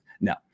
No